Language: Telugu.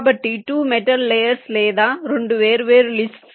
కాబట్టి 2 మెటల్ లేయర్స్ లేదా 2 వేర్వేరు లిస్ట్స్